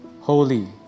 holy